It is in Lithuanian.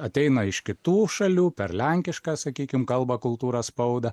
ateina iš kitų šalių per lenkišką sakykim kalbą kultūrą spaudą